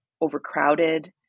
overcrowded